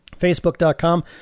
facebook.com